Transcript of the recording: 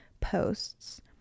posts